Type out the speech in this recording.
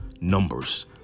numbers